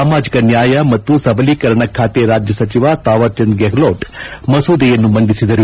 ಸಾಮಾಜಿಕ ನ್ನಾಯ ಮತ್ನು ಸಬಲೀಕರಣ ಖಾತೆ ರಾಜ್ಯ ಸಚಿವ ತಾವರ್ಚಂದ್ ಗೆಹ್ನೋಟ್ ಮಸೂದೆಯನ್ನು ಮಂಡಿಸಿದರು